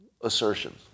assertion